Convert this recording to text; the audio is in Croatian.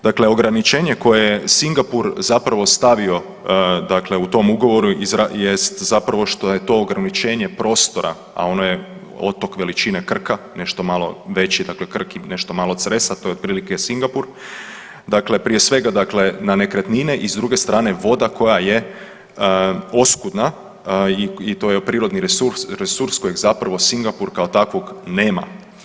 Dakle, ograničenje koje je Singapur zapravo stavio dakle u tom ugovoru jest zapravo što je to ograničenje prostora, a ono je otok veličine Krka, nešto malo veći, dakle Krk i nešto malo Cresa to je otprilike Singapur, dakle prije svega dakle na nekretnine i s druge strane voda koja je oskudna i to je prirodni resurs kojeg zapravo Singapur kao takvog nema.